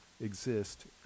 exist